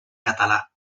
català